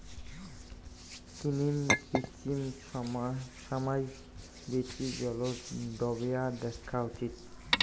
কিনিম বিচিম সমাই বীচি জলত ডোবেয়া দ্যাখ্যা উচিত